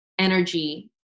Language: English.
energy